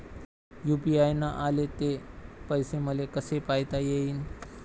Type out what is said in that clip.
UPI न आले ते पैसे मले कसे पायता येईन?